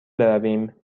برویم